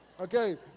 Okay